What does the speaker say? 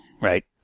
right